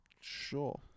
Sure